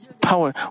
power